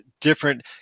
different